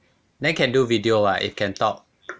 then can do video [what] if can talk